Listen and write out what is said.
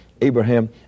Abraham